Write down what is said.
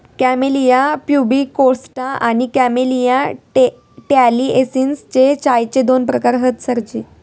camellia pubicosta आणि camellia taliensis हे चायचे दोन प्रकार हत सरजी